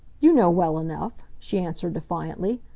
you know well enough, she answered defiantly.